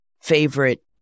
favorite